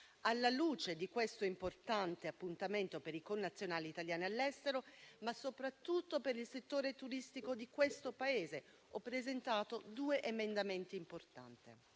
Alla luce di questo importante appuntamento per i connazionali italiani all'estero, ma soprattutto per il settore turistico di questo Paese, ho presentato due emendamenti importanti.